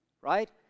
right